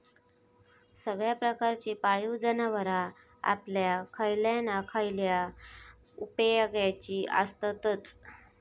सगळ्या प्रकारची पाळीव जनावरां आपल्या खयल्या ना खयल्या उपेगाची आसततच